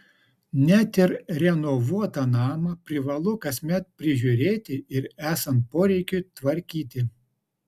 net ir renovuotą namą privalu kasmet prižiūrėti ir esant poreikiui tvarkyti